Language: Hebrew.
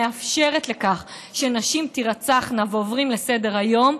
מאפשרת שנשים תירצחנה ועוברים לסדר-היום,